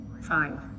Fine